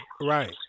right